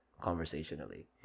conversationally